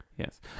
Yes